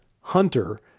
Hunter